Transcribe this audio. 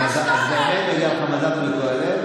היום העברי והלועזי שלו.